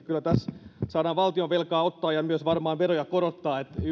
kyllä tässä saadaan valtionvelkaa ottaa ja myös varmaan veroja korottaa